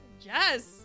Yes